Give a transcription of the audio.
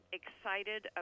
excited